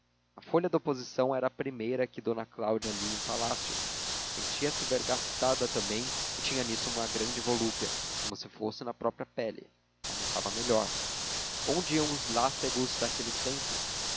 a folha da oposição era a primeira que d cláudia lia em palácio sentia-se vergastada também e tinha nisso uma grande volúpia como se fosse na própria pele almoçava melhor onde iam